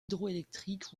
hydroélectriques